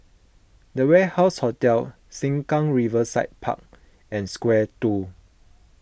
the Warehouse Hotel Sengkang Riverside Park and Square two